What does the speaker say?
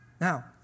Now